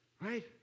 right